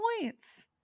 points